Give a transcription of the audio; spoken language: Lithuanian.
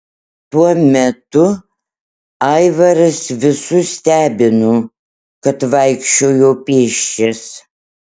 tuo metu aivaras visus stebino kad vaikščiojo pėsčias